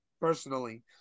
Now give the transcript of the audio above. personally